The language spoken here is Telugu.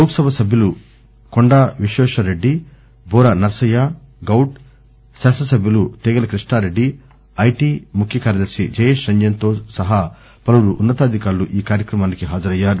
లోక్సభ సభ్యులు కొండా విశ్వశ్వరరెడ్డి బూర నర్పయ్య గౌడ్ శాసనసభ్యుడు తీగల కృష్ణారెడ్డి ఐటి ముఖ్య కార్యదర్తి జయేష్ రంజన్తో సహా పలువురు ఉన్న తాధికారులు కార్యక్రమానికి హాజరయ్యారు